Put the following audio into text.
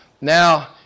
Now